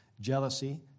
jealousy